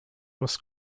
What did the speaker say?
was